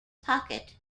pocket